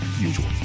usual